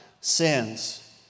sins